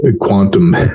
quantum